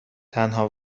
تنها